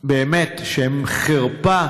באמת, שהם חרפה